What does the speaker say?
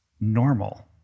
normal